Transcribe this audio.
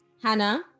Hannah